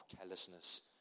carelessness